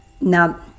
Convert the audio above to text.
now